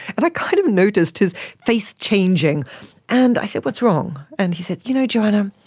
and i kind of noticed his face changing and i said, what's wrong? and he said, you know joanna,